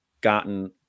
gotten